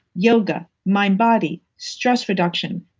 yoga, mind body, stress reduction,